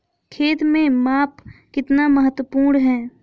खेत में माप कितना महत्वपूर्ण है?